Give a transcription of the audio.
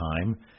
time